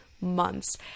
months